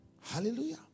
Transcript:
Hallelujah